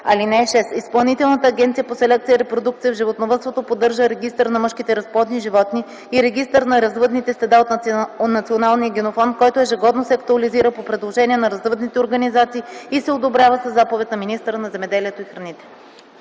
(6) Изпълнителната агенция по селекция и репродукция в животновъдството поддържа регистър на мъжките разплодни животни и регистър на развъдните стада от националния генофонд, който ежегодно се актуализира по предложение на развъдните организации и се одобрява със заповед на министъра на земеделието и храните.”